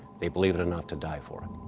they believe it enough to die for it.